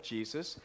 Jesus